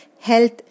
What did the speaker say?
health